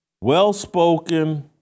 well-spoken